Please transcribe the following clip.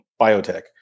biotech